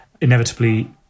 Inevitably